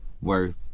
worth